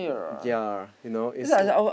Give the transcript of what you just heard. ya you know it's a